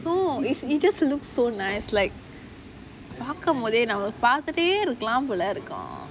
no it it just looks so nice like how come malay நான் பாத்துட்டே இருக்கலாம் போல இருக்கும்:naan paathutae irukalaam pola irukum